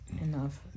enough